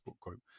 group